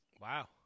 Wow